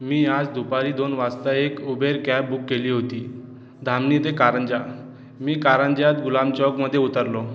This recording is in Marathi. मी आज दुपारी दोन वाजता एक उबेर कॅब बुक केली होती धामनी ते कारंजा मी कारंजात गुलाम चौकामध्ये उतरलो